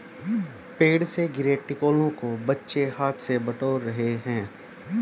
पेड़ से गिरे टिकोलों को बच्चे हाथ से बटोर रहे हैं